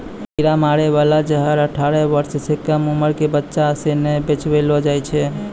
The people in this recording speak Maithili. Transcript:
कीरा मारै बाला जहर अठारह बर्ष सँ कम उमर क बच्चा सें नै बेचबैलो जाय छै